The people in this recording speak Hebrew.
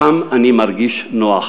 רק שם אני מרגיש בנוח.